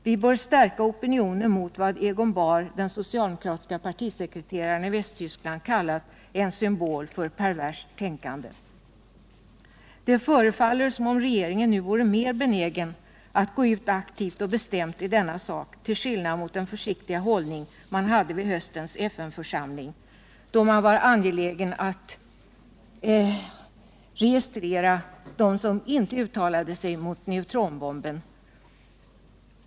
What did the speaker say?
Vi bör stärka opinionen mot vad Egon Bahr — den socialdemokratiske partisekreteraren i Västtyskland — kallat en symbol för perverst tänkande. Det förefaller som om regeringen nu vore mer benägen att gå ut aktivt och bestämt i denna sak, till skillnad mot den försiktiga hållning man hade vid höstens FN-församling, då man var angelägen registrera dem som inte uttalade sig mot neutronbomben.